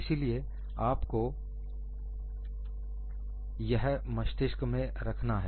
इसीलिए आपको यह मस्तिष्क में रखना है